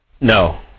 No